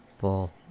ball